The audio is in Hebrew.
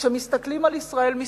כשמסתכלים על ישראל מסביב,